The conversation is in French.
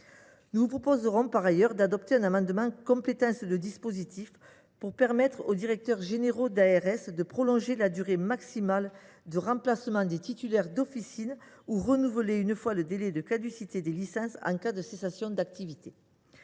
Nous vous proposerons par ailleurs un amendement visant à compléter le dispositif, pour permettre aux directeurs généraux d’ARS de prolonger la durée maximale de remplacement des titulaires d’officine ou encore de renouveler une fois le délai de caducité des licences en cas de cessation d’activité.